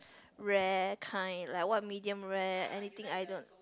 rare kind like what medium rare anything I don't